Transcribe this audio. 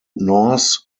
norse